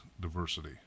diversity